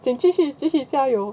见继续继续加油